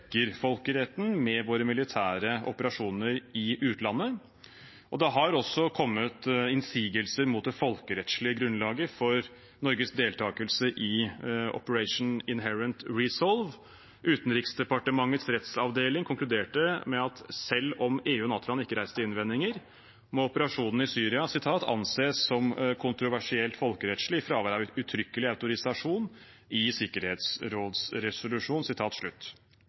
folkeretten med våre militære operasjoner i utlandet. Det har også kommet innsigelser mot det folkerettslige grunnlaget for Norges deltakelse i Operation Inherent Resolve. Utenriksdepartementets rettsavdeling konkluderte med at selv om EU- og NATO-land ikke reiste innvendinger må operasjonen i Syria anses som «kontroversielt folkerettslig i fravær av uttrykkelig autorisasjon i sikkerhetsrådsresolusjon».